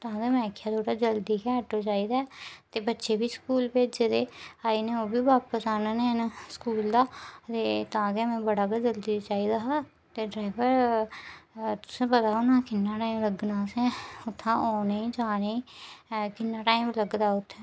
तां गै में आखेआ में जल्दी गै आटो चाहिदा ऐ ते बच्चे बी स्कूल भेजे दे आई जाने ओह् बी बापस आह्नने न स्कूल दा तां गै बड़ा गै जल्दी चाहिदा हा ते ड्राइवर तुसेंगी पता होना किन्ना टाईम लग्गना असें उत्थै औने जाने गी किन्ना टाईम लगदा होग उत्थै